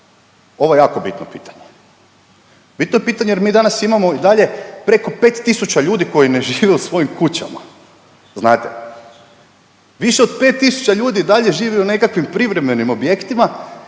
Ovo je jako bitno pitanje, bitno je pitanje jer mi danas imamo i dalje preko 5 tisuća ljudi koji ne žive u svojim kućama znate. Više od 5 tisuća ljudi i dalje živi u nekakvim privremenim objektima